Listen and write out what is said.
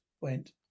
went